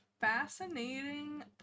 fascinating